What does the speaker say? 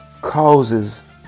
causes